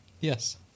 Yes